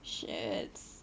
shit